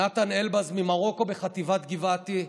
נתן אלבז ממרוקו בחטיבת גבעתי.